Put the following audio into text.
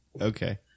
Okay